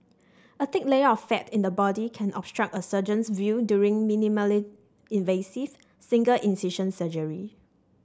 a thick layer of fat in the body can obstruct a surgeon's view during minimally invasive single incision surgery